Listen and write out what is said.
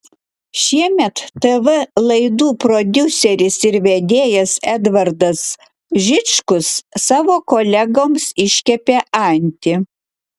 šiemet tv laidų prodiuseris ir vedėjas edvardas žičkus savo kolegoms iškepė antį